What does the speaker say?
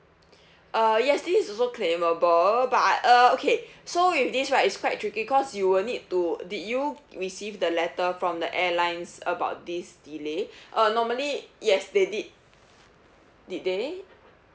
uh yes this is also claimable but uh okay so with this right it's quite tricky cause you will need to did you received the letter from the airlines about this delay uh normally yes they did did they